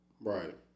Right